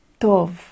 tov